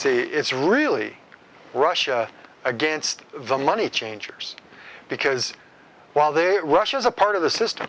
say it's really russia against the money changers because while they russia is a part of the system